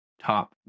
top